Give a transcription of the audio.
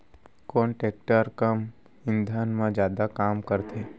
कोन टेकटर कम ईंधन मा जादा काम करथे?